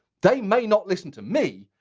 they may not listen to me,